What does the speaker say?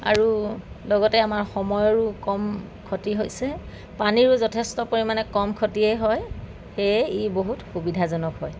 আৰু লগতে আমাৰ সময়ৰো কম ক্ষতি হৈছে পানীৰো যথেষ্ট পৰিমাণে কম ক্ষতিয়েই হয় সেয়ে ই বহুত সুবিধাজনক হয়